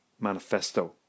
manifesto